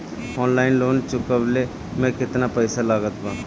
Online loan चुकवले मे केतना पईसा लागत बा?